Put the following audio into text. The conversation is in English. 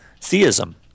theism